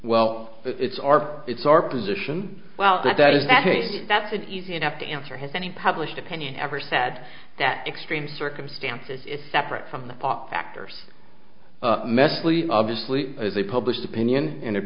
well it's our it's our position well that that is that that's an easy enough to answer has any published opinion ever said that extreme circumstances is separate from the pop factors mesley obviously they published opinion